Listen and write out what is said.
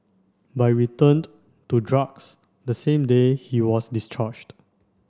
but we returned to drugs the same day he was discharged